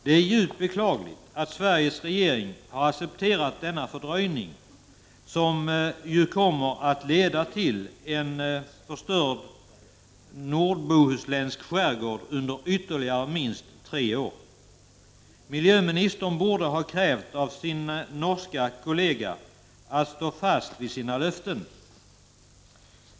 Det är djupt beklagligt att Sveriges regering har accepterat denna fördröjning, som ju kommer att leda till en förstörd nordbohuslänsk skärgård under ytterligare minst tre år. Miljöministern borde ha krävt av sin norska kollega att stå fast vid sina löften.